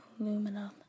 Aluminum